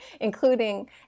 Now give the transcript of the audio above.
including